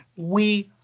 we